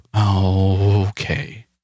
okay